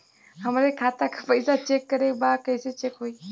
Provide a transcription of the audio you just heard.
हमरे खाता के पैसा चेक करें बा कैसे चेक होई?